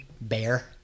Bear